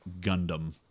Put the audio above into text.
Gundam